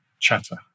chatter